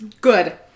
Good